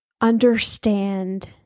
understand